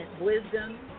Wisdom